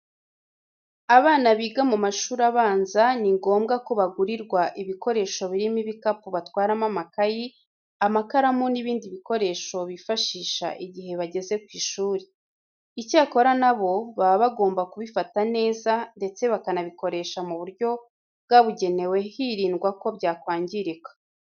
Abana biga mu mashuri abanza ni ngombwa ko bagurirwa ibikoresho birimo ibikapu batwaramo amakayi, amakaramu n'ibindi bikoresho bifashisha igihe bageze ku ishuri. Icyakora na bo, baba bagomba kubifata neza ndetse bakanabikoresha mu buryo bwabugenewe hirindwa ko byakwangirika.